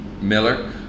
Miller